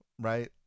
right